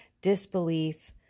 disbelief